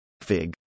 Fig